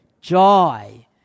joy